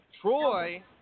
Troy